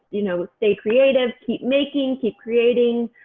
you know, stay creative keep making keep creating,